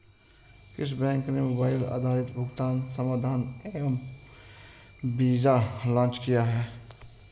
किस बैंक ने मोबाइल आधारित भुगतान समाधान एम वीज़ा लॉन्च किया है?